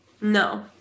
No